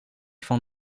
van